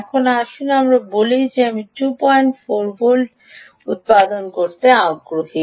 এখন আসুন আমরা বলি যে আমি ২৪ ভোল্ট উত্পাদন করতে আগ্রহী